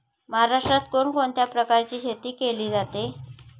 महाराष्ट्रात कोण कोणत्या प्रकारची शेती केली जाते?